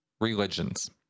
religions